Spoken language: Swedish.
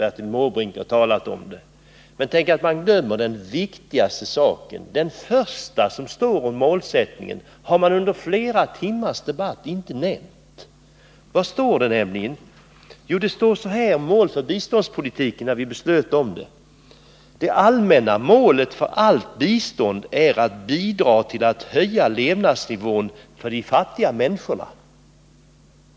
Bertil Måbrink har talat om det. Men tänk att man glömmer det viktigaste! Det första som står om målsättningen har under flera timmars debatt inte nämnts. Vad står det nämligen? Jo, när vi fattade principbeslutet stod det att det allmänna målet för allt bistånd är att bidra till att höja levnadsnivån för de fattiga människorna.